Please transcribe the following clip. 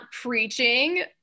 preaching